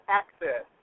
access